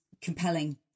compelling